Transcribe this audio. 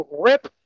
rip